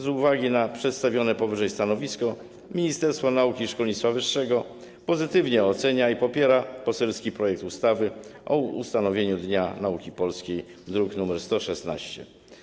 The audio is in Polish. Z uwagi na przedstawione powyżej stanowisko Ministerstwo Nauki i Szkolnictwa Wyższego pozytywnie ocenia i popiera poselski projekt ustawy o ustanowieniu Dnia Nauki Polskiej, druk nr 116.